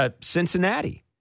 Cincinnati